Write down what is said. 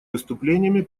выступлениями